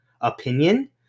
opinion